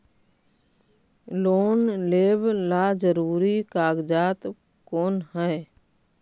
Loan लेब ला जरूरी कागजात कोन है?